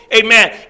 Amen